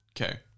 Okay